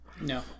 No